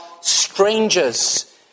strangers